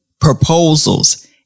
proposals